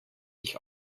sich